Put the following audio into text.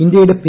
ഇന്ത്യയുടെ പി